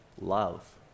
love